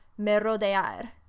merodear